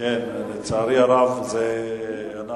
לצערי הרב, אני